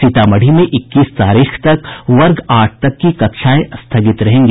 सीतामढ़ी में इक्कीस तारीख तक वर्ग आठ तक की कक्षाएं स्थगित रहेगी